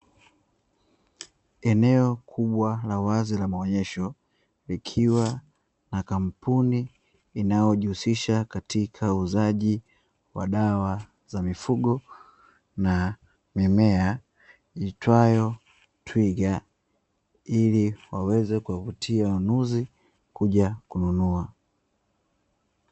Eneo kubwa la wazi la maonyesho, likiwa na kampuni inayojihusisha katika uuzaji wa dawa za mifugo na mimea iitwayo Twiga, ili waweze kuwavutia wanunuzi kuja kununua.